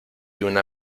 una